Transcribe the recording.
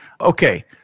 Okay